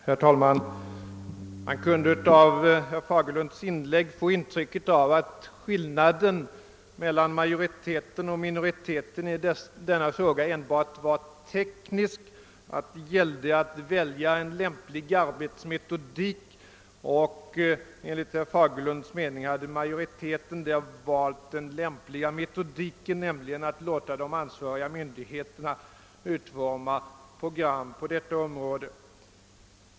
Herr talman! Man kunde av herr Fagerlunds inlägg få intrycket att skillnaden här mellan majoritetens och minoritetens inställning enbart var teknisk och att det gällde att välja en lämplig arbetsmetodik. Enligt herr Fagerlunds mening har majoriteten valt den lämpliga metodiken, nämligen att enbart låta de ansvariga myndigheterna utforma program på området.